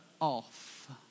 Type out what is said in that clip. off